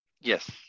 Yes